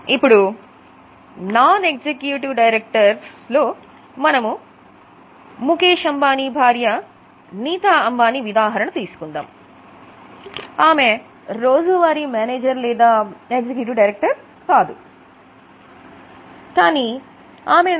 ఇప్పుడు non executive డైరెక్టర్లో